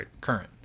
current